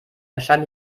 erscheint